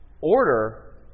order